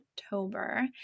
October